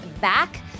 back